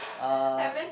uh